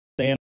stand